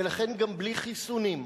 ולכן גם בלי חיסונים,